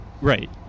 Right